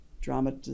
drama